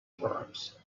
proms